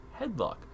headlock